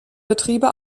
betriebe